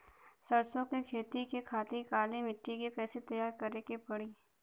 सरसो के खेती के खातिर काली माटी के कैसे तैयार करे के पड़ी?